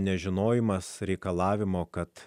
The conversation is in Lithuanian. nežinojimas reikalavimo kad